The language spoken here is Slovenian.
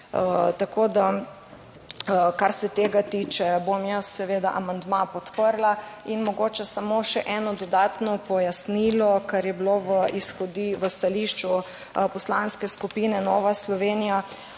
Tako da kar se tega tiče bom jaz seveda amandma podprla. In mogoče samo še eno dodatno pojasnilo, ker je bilo iz stališču Poslanske skupine Nova Slovenija